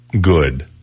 good